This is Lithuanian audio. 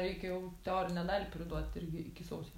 reikia jau teorinę dalį priduot irgi iki sausio